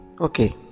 Okay